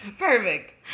perfect